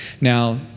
Now